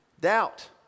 doubt